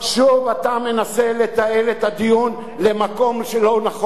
שוב אתה מנסה לתעל את הדיון למקום לא נכון.